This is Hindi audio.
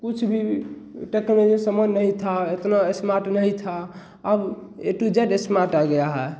कुछ भी समझ नहीं था इतना एस्मार्ट नहीं था अब ए टू जेड एस्मार्ट आ गया है